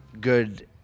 good